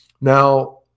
Now